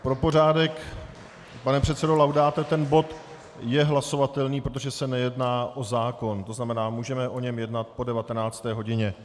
Pro pořádek, pane předsedo Laudáte, ten bod je hlasovatelný, protože se nejedná o zákon, to znamená, můžeme o něm jednat po 19. hodině.